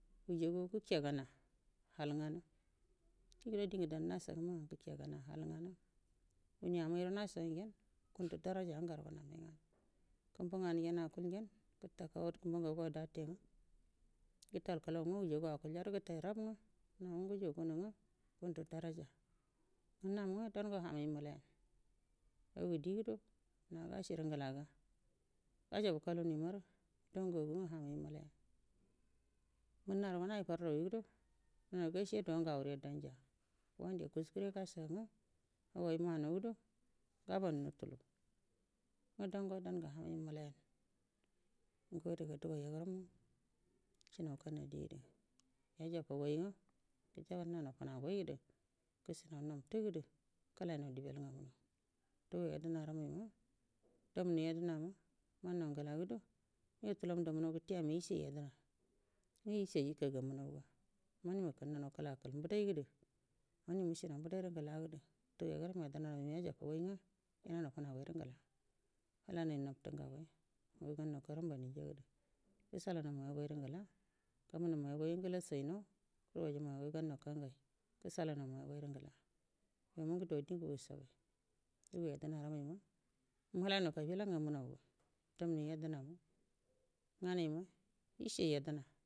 Wejaguwa gukena hal nganu afido dingu dan nashagu mangu gikena hal nganu wuni amairo nashagu ugeu guuda daraja nga garu gunu amai ngauu kumbu uganu ugen akulli ngenə futakau kumbu ugaguwa date nga gutal kəlau nga mujaguwa akulyade gutai rab nga nau nga guju gu gunu nga guvdu daraja nga nawu nga hamai mulayan agu di gado na gashiru nglaga goja bakaluun imarə dumu ngagu nga hamai nulaya kunna nngo mau faragai gado na gashe do ngaure danja wande kurkure gashagu nga hugai ma anoo gudo gobon nutulu nga dango dango hamai mulageu nga adaga dagai yaguramma shinau kanadidu yaja fugai nga gujananau funagoida gushinau nabtu gudu kəlawinau dibel ngawa dugai yadənaramai damis yodənama wannau ngalagu do yo tulam damunau gate ima ishe yadəna nga ishar ikagamunauga kani umukunuwau kəlakul mbdaidu mani nushinau unbdairu ngla gudu gudu yagrau yedənaramai mu yajafugai nga guja hanau funagoiru ngla kəlainau nabtu ngagoi ngu gamau karabanjadu gushalaiman moyagoiru ngala gamanau moiyagai nga gulashainau gugoiju mai yagoi gannau kangai gushelaina unaiyogai ru ngala yo mungu ala dinga wushagai dugoi yadenaramaira mulainan kabila ngamunuudu damnau yedənama nganaina ishe yadɛna.